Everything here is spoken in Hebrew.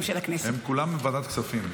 הם כולם בוועדת הכספים.